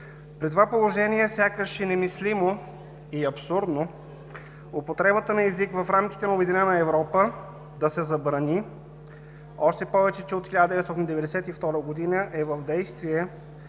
При това положение сякаш е немислимо и абсурдно употребата на език в рамките на обединена Европа да се забрани, още повече че от 1992 г. е в действие